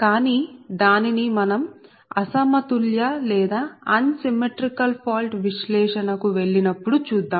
కానీ దానిని మనం అసమతుల్య లేదా అన్సిమ్మెట్రీకల్ ఫాల్ట్ విశ్లేషణ కు వెళ్లినప్పుడు చూద్దాం